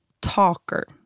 talker